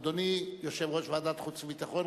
אדוני יושב-ראש ועדת חוץ וביטחון,